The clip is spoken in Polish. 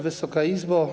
Wysoka Izbo!